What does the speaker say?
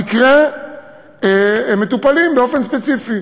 המקרה מטופל באופן ספציפי.